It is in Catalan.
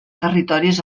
territoris